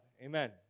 Amen